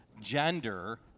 gender